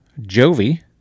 jovi